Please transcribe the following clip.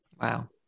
Wow